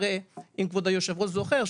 הרי אם כבוד היושב-ראש זוכר,